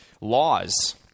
Laws